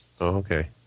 Okay